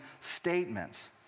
statements